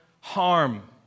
harm